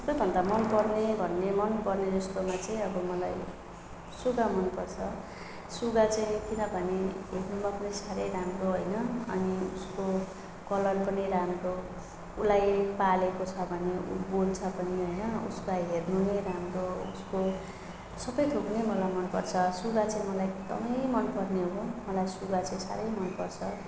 सबैभन्दा मनपर्ने भन्ने मनपर्ने जस्तोमा चाहिँ अब मलाई सुगा मनपर्छ सुगा चाहिँ किनभने हेर्नुमा पनि साह्रै राम्रो होइन अनि उसको कलर पनि राम्रो उसलाई पालेको छ भने ऊ बोल्छ पनि होइन उसलाई हेर्नु नै राम्रो उसको सबै थोक नै मलाई मनपर्छ सुगा चाहिँ मलाई एकदमै मनपर्ने हो मलाई सुगा चाहिँ साह्रै मनपर्छ